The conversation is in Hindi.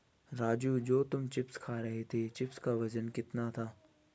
राजू तुम जो चिप्स खा रहे थे चिप्स का वजन कितना था?